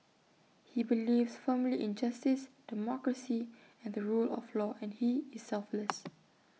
he believes firmly in justice democracy and the rule of law and he is selfless